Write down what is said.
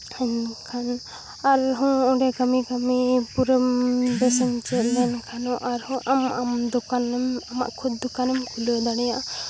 ᱮᱱᱠᱷᱟᱱ ᱟᱢ ᱦᱚᱸ ᱚᱸᱰᱮ ᱠᱟᱹᱢᱤ ᱠᱟᱹᱢᱤ ᱯᱩᱨᱟᱹ ᱵᱮᱥ ᱮᱢ ᱪᱮᱫ ᱞᱮᱱᱠᱷᱟᱱ ᱟᱨᱦᱚᱸ ᱟᱢ ᱟᱢ ᱫᱚᱠᱟᱱᱮᱢ ᱟᱢᱟᱜ ᱠᱷᱩᱫ ᱫᱚᱠᱟᱱᱮᱢ ᱠᱷᱩᱞᱟᱹᱣ ᱫᱟᱲᱮᱭᱟᱜᱼᱟ